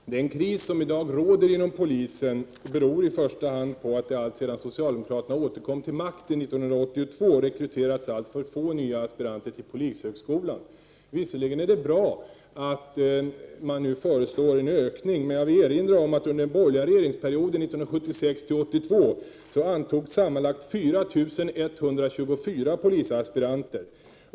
Fru talman! Den kris som i dag råder inom polisen beror i första hand på att det alltsedan socialdemokraterna återkom till makten 1982 rekryterats för få nya aspiranter till polishögskolan. Visserligen är det bra att man nu föreslår en ökning, men jag vill erinra om att det under den borgerliga regeringsperioden mellan 1976 och 1982 antogs sammanlagt 4 124 polisaspiranter.